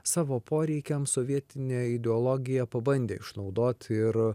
savo poreikiams sovietinė ideologija pabandė išnaudot ir